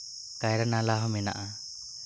ᱠᱟᱭᱨᱟ ᱱᱟᱞᱟ ᱦᱚᱸ ᱢᱮᱱᱟᱜᱼᱟ